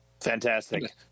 Fantastic